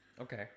Okay